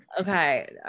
Okay